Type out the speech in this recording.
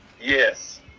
yes